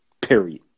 Period